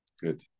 good